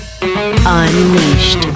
Unleashed